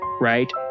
right